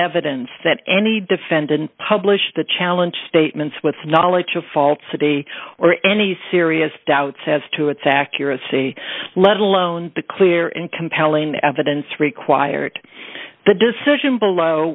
evidence that any defendant published the challenge statements with knowledge of falsity or any serious doubts as to its accuracy let alone the clear and compelling evidence required the decision below